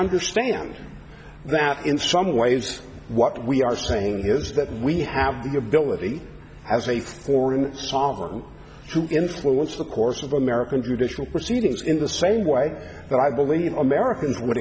understand that in some waves what we are saying here is that we have the ability as a foreign sovereign to influence the course of american judicial proceedings in the same way that i believe americans would